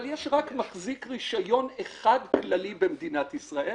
אבל יש רק מחזיק רישיון אחד כללי במדינת ישראל,